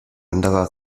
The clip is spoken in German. anderer